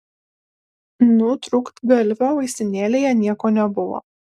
nutrūktgalvio vaistinėlėje nieko nebuvo